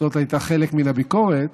זאת הייתה חלק מן הביקורת,